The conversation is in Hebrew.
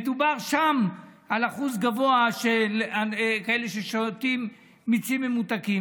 מדובר שם על אחוז גבוה של כאלה ששותים מיצים ממותקים.